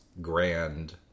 grand